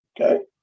Okay